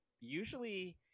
usually